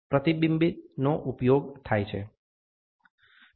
પ્રતિબિંબનો ઉપયોગ થાય છે